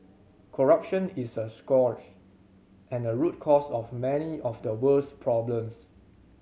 corruption is a scourge and a root cause of many of the world's problems